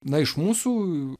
na iš mūsų